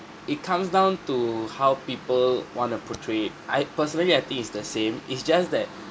it comes down to how people want to portray it I personally I think it's the same it's just that